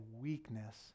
weakness